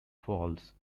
falls